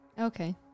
Okay